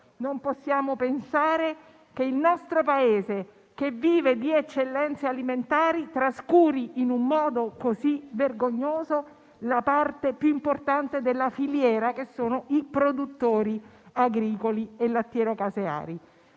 Non possiamo pensare che il nostro Paese, che vive di eccellenze alimentari, trascuri in modo così vergognoso la parte più importante della filiera, che sono i produttori agricoli e lattiero-caseari.